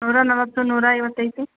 ನೂರ ನಲ್ವತ್ತು ನೂರಾ ಐವತ್ತು ಐತಿ